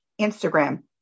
Instagram